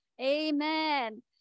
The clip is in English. Amen